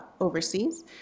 overseas